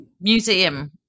museum